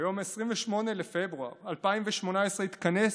ב-28 בפברואר 2018 התכנס